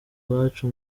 bwacu